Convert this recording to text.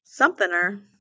somethinger